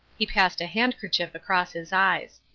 he passed a handkerchief across his eyes.